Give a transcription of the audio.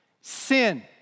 sin